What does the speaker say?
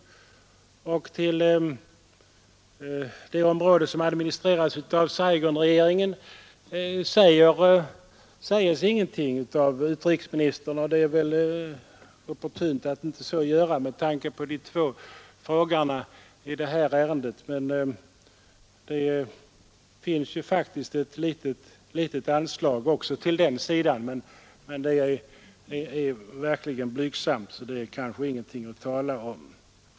Om bistånd till det område som administreras av Saigonregeringen sägs intenting av utrikesministern, och det är väl opportunt att inte göra det med tanke på två av interpellanterna i detta ärende. Det finns faktiskt ett litet anslag också till den sidan, men det är verkligen så blygsamt att kanske det inte är någonting att tala om.